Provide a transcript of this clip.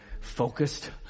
Focused